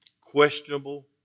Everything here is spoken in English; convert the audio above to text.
Questionable